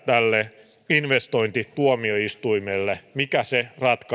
tälle investointituomioistuimelle tapahtuu mikä se ratkaisu on jos me ajattelemme tätä ceta